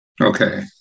Okay